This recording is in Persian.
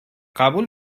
قبول